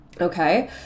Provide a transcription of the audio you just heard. okay